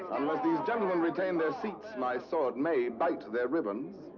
unless these gentlemen retain their seats, my sword may bite their ribbons.